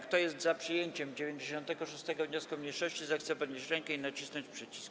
Kto jest za przyjęciem 96. wniosku mniejszości, zechce podnieść rękę i nacisnąć przycisk.